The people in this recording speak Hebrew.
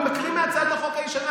אני מקריא מהצעת החוק הישנה,